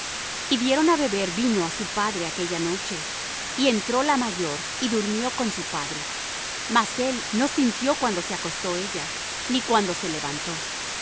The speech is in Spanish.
dieron á beber vino á su padre aquella noche y entró la mayor y durmió con su padre mas él no sintió cuándo se acostó ella ni cuándo se levantó